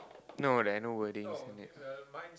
no there are no wordings in it